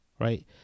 right